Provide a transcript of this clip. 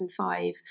2005